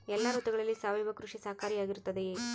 ಎಲ್ಲ ಋತುಗಳಲ್ಲಿ ಸಾವಯವ ಕೃಷಿ ಸಹಕಾರಿಯಾಗಿರುತ್ತದೆಯೇ?